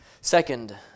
Second